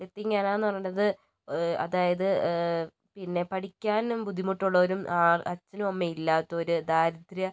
ലത്തീംഖാനയെന്ന് പറയണത് അതായത് പിന്നെ പഠിക്കാനും ബുദ്ധിമുട്ടുള്ളവരും അച്ഛനുമമ്മയുമില്ലാത്തവർ ദാരിദ്ര്യ